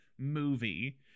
movie